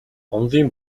онолын